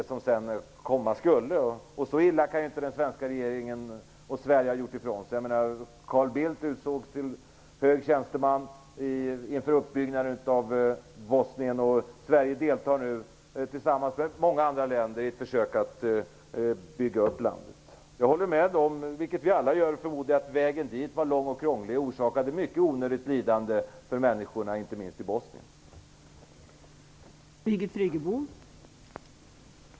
Så illa kan ju inte den svenska regeringen och Sverige ha skött sig. Carl Bildt utsågs ju till hög tjänsteman inför uppbyggnaden av Bosnien. Och Sverige deltar nu, tillsammans med många andra länder, i ett försök att bygga upp landet. Jag håller med om att vägen dit var lång och krånglig och orsakade mycket onödigt lidande för människorna, inte minst i Bosnien.